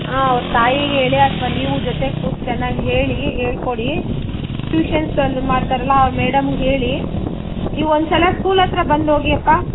ಹಾಂ ಅವರ ತಾಯಿಗೆ ಹೇಳಿ ಅಥವಾ ನೀವೂ ಜೊತೆಗೆ ಕೂರ್ಸಿ ಚೆನ್ನಾಗಿ ಹೇಳಿ ಹೇಳ್ಕೊಡಿ ಟ್ಯೂಷನ್ಸಲ್ಲಿ ಮಾಡ್ತಾರಲ್ಲ ಆ ಮೇಡಮ್ಗೆ ಹೇಳಿ ನೀವು ಒಂದು ಸಲ ಸ್ಕೂಲ್ ಹತ್ರ ಬಂದ್ಹೋಗಿಯಪ್ಪ